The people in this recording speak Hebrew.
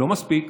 לא מספיק,